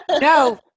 No